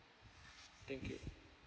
thank you